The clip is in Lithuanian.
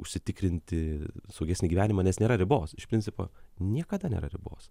užsitikrinti saugesnį gyvenimą nes nėra ribos iš principo niekada nėra ribos